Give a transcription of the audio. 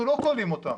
אנחנו לא כולאים אותם,